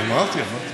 אמרתי, אמרתי.